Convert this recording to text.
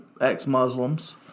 ex-Muslims